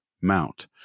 mount